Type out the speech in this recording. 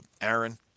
Aaron